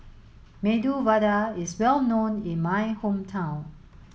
Medu Vada is well known in my hometown